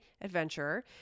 adventurer